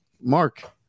mark